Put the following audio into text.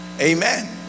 Amen